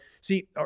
see